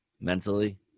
mentally